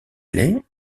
riley